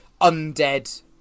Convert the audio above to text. undead